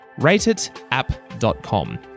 rateitapp.com